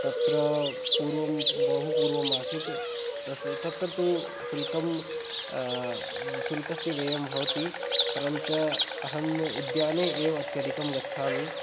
तत्र पूर्वं बहुपूर्वम् आसीत् तस् तत्र तु शुल्कं शुल्कस्य व्ययं भवति परञ्च अहम् उद्याने एव अत्यधिकं गच्छामि